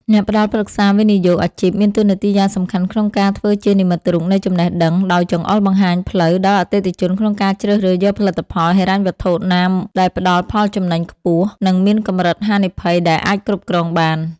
អ្នកផ្ដល់ប្រឹក្សាវិនិយោគអាជីពមានតួនាទីយ៉ាងសំខាន់ក្នុងការធ្វើជានិមិត្តរូបនៃចំណេះដឹង ដោយចង្អុលបង្ហាញផ្លូវដល់អតិថិជនក្នុងការជ្រើសរើសយកផលិតផលហិរញ្ញវត្ថុណាដែលផ្ដល់ផលចំណេញខ្ពស់ និងមានកម្រិតហានិភ័យដែលអាចគ្រប់គ្រងបាន។